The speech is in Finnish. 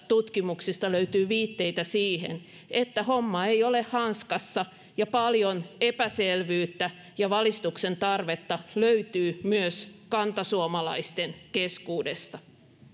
tutkimuksista löytyy viitteitä siihen että homma ei ole hanskassa ja paljon epäselvyyttä ja valistuksen tarvetta löytyy myös kantasuomalaisten keskuudesta